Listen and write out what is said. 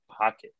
Pocket